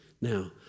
Now